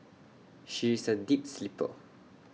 she is A deep sleeper